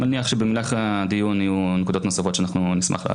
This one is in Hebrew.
אני מניח שבמהלך הדיון יהיו לנו נקודות נוספות שנשמח להעלות.